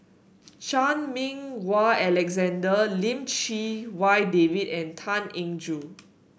Chan Meng Wah Alexander Lim Chee Wai David and Tan Eng Joo